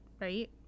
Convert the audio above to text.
right